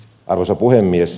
arvoisa puhemies